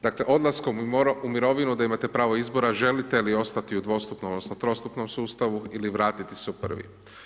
Dakle, odlaskom u mirovinu da imate pravo izbora, želite li ostati u dvostupnom odnosno trostupnom sustavu, ili vratiti se u prvi.